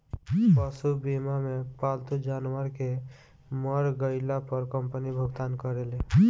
पशु बीमा मे पालतू जानवर के मर गईला पर कंपनी भुगतान करेले